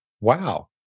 wow